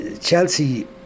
Chelsea